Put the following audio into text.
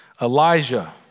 Elijah